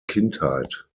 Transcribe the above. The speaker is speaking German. kindheit